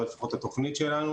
זה לפחות התוכנית שלנו.